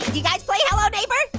you guys played hello neighbor,